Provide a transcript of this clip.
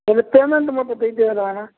ଏବେ ପେମେଣ୍ଟ ମୋତେ ଦେଇଦିଅରାଣା